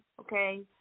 okay